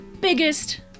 biggest